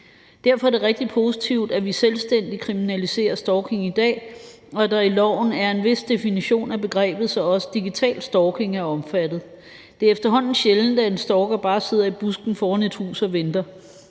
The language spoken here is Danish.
Derfor er det rigtig positivt, at vi selvstændigt kriminaliserer stalking i dag, og at der i loven er en vis definition af begrebet, så også digital stalking er omfattet. Det er efterhånden sjældent, at en stalker bare sidder i busken foran et hus og venter.